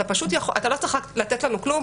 אתה לא צריך לתת לנו כלום,